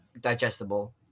digestible